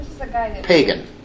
pagan